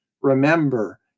remember